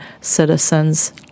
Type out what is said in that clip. citizens